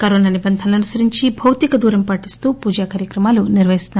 Covid నిబంధనలు అనుసరించి భౌతిక దూరం పాటిస్తూ పూజా కార్యక్రమాలు నిర్వహిస్తున్నారు